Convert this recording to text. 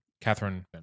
Catherine